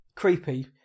Creepy